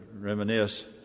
Reminisce